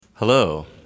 Hello